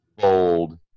bold